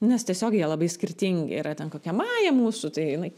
nes tiesiog jie labai skirtingi yra ten kokia maja mūsų tai jinai